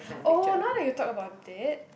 oh now that you talk about it